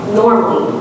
normally